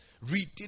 Reading